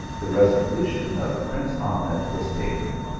the resolution of prince ahmed was taken.